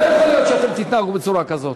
לא יכול להיות שאתם תתנהגו בצורה כזאת.